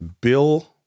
Bill